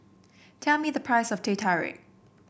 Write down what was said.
tell me the price of Teh Tarik